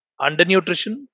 undernutrition